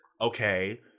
Okay